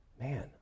Man